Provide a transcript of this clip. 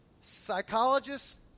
Psychologists